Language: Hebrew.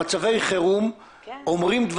במצבי חירום אמיצים.